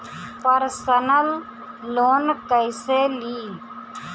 Personal loan कैसे ली?